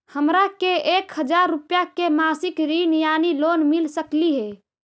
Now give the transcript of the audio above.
हमरा के एक हजार रुपया के मासिक ऋण यानी लोन मिल सकली हे?